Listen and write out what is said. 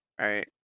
right